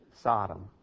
Sodom